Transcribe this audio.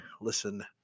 listen